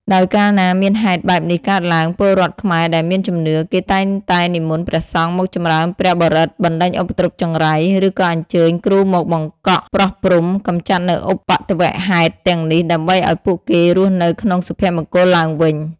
ដោយកាលណាមានហេតុបែបនេះកើតឡើង ពលរដ្ឋខ្មែរដែលមានជំនឿ គេតែងតែនិមន្តព្រះសង្ឃមកចំរើនព្រះបរិត្តបណ្ដេញឧបទ្រពចង្រៃ ឬក៏អញ្ជើញគ្រូមកបង្កក់ ប្រោះព្រំ កំចាត់នូវឧបទ្ទវហេតុទាំងនេះ ដើម្បីឱ្យពួកគេរស់នៅក្នុងសុភមង្គលឡើងវិញ ។